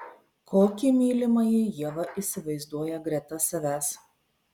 kokį mylimąjį ieva įsivaizduoja greta savęs